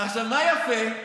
עכשיו, מה יפה?